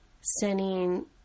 sending